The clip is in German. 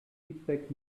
feedback